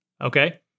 Okay